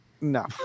No